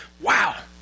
Wow